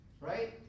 Right